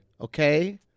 okay